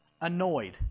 annoyed